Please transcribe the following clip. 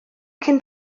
cyn